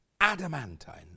adamantine